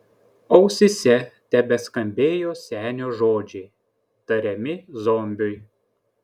ausyse tebeskambėjo senio žodžiai tariami zombiui